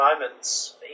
moments